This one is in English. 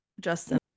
justin